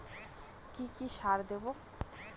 কি কি সার দেবো?